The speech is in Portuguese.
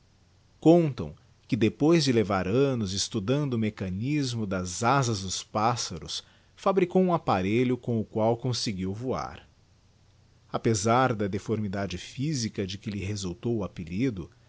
contam que depois de levar annos estudando o mecanismo das azas dos paesaros fabricou um apparelho com o qual conseguia voar apezar da deformidade physica de que lhe